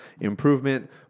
improvement